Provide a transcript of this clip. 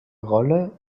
rolle